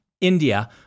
India